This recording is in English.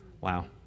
wow